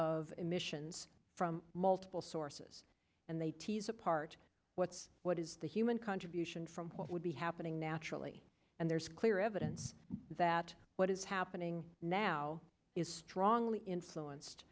of emissions from multiple sources and they tease apart what's what is the human contribution from what would be happening naturally and there's clear evidence that what is happening now is strongly influenced